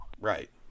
Right